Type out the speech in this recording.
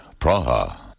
Praha